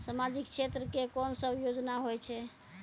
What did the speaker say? समाजिक क्षेत्र के कोन सब योजना होय छै?